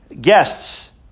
guests